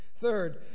Third